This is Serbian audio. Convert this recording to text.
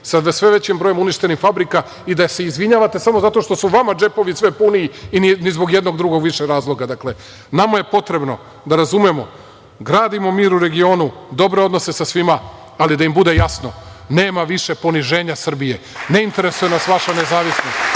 sa sve većim brojem uništenih fabrika i da se izvinjavate samo zato što su vama džepovi sve puniji i ni zbog jednog drugog više razloga. Dakle, nama je potrebno, da razumemo, gradimo mir u regionu, dobre odnose sa svima, ali da im bude jasno, nema više poniženja Srbije. Ne interesuje nas vaša nezavisnost.